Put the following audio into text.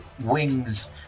wings